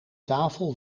tafel